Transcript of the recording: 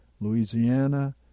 Louisiana